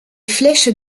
flèches